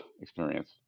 experience